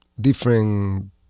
different